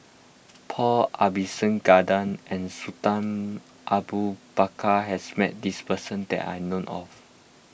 Paul Abisheganaden and Sultan Abu Bakar has met this person that I know of